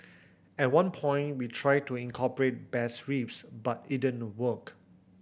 at one point we tried to incorporate bass riffs but it didn't work